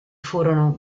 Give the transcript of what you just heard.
furono